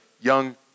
young